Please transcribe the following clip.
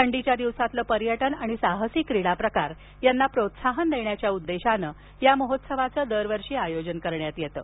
थंडीच्या दिवसातील पर्यटन आणि साहसी क्रीडाप्रकार यांना प्रोत्साहन देण्याच्या उद्देशानं या महोत्सवाचं दरवर्षी आयोजन करण्यात येतं